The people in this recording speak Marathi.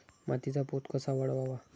मातीचा पोत कसा वाढवावा?